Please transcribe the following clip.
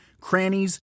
crannies